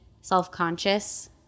self-conscious